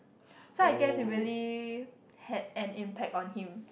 so I guess it really had an impact on him